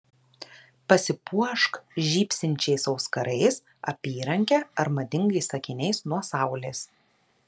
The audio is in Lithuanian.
pasipuošk žybsinčiais auskarais apyranke ar madingais akiniais nuo saulės